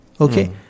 Okay